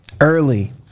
early